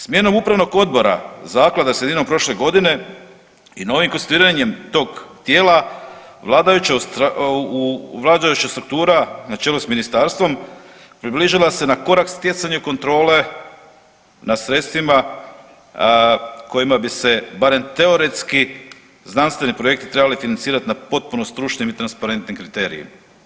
Smjenom upravnog odbora zaklada sredinom prošle godine i novim konstituiranjem tog tijela vladajuća struktura na čelu s ministarstvom približila se na korak stjecanju kontrole nad sredstvima kojima bi se barem teoretski znanstveni projekti trebali financirat na potpuno stručnim i transparentnim kriterijima.